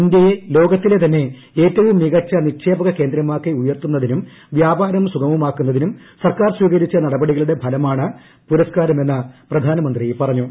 ഇന്ത്യയെ ലോകത്തിലെ തന്നെ ഏറ്റവും മികച്ച നിക്ഷേപക കേന്ദ്രമാക്കി ഉയർത്തുന്നതിനും വ്യാപാരം സുഗമമാക്കുന്നതിനും സർക്കാർ സ്വീകരിച്ച നടപടികളുടെ ഫലമാണ് പുരസ്കാരം എന്ന് പ്രധാനമന്ത്രി പറഞ്ഞു